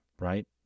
right